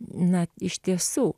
na iš tiesų